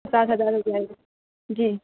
سات ہزار ہو جائے گا جی